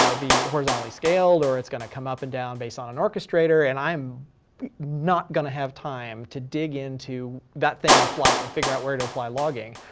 ah be horizontally scaled or it's going to come up and down based on an orchestrator and i'm not going to have time to dig into that thing in flight and figure out where to apply logging.